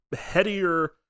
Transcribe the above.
headier